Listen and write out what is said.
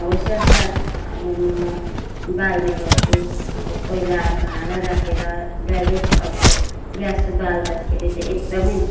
होसियार साथ अब म बाल्ने गर्छु अब पहिला भाँडा राखेर डाइरेक्ट अब ग्यास बाल्दाखेरि चै एकदमै